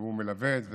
והוא מלווה את זה,